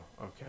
okay